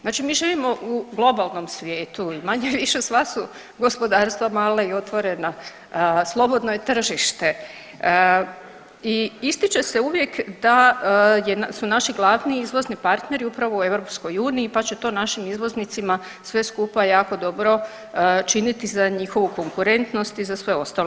Znači mi živimo u globalnom svijetu i manje-više sva su gospodarstva mala i otvorena, slobodno je tržište i ističe se uvijek da su naši glavni izvozni partneri upravo u EU pa će to našim izvoznicima sve skupa jako dobro činiti za njihovu konkurentnost i za sve ostalo.